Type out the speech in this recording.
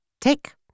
tick